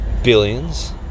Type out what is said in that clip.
Billions